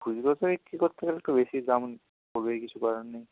খুচরোতে বিক্রি করতে গেলে একটু বেশিই দাম পড়বেই কিছু করার নেই